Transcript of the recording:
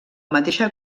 mateixa